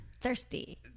Thirsty